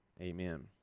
Amen